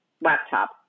laptop